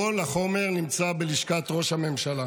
כל החומר נמצא במשרד ראש הממשלה.